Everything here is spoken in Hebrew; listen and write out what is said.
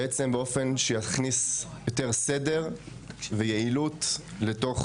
בעצם באופן שיכניס יותר סדר ויעילות לתוך